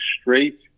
straight